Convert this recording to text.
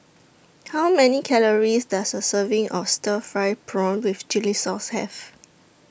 How Many Calories Does A Serving of Stir Fried Prawn with Chili Sauce Have